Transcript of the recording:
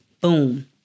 Boom